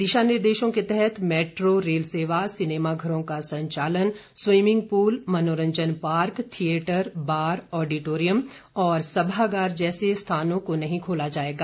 दिशानिर्देशों के तहत मेट्रो रेल सेवा सिनेमाघरों का संचालन स्वीमिंग पूल मनोरंजन पार्क थिएटर बार ऑडिटोरियम और सभागार जैसे स्थानों को नहीं खोला जाएगा